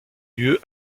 lieu